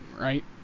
right